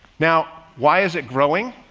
now why is it growing?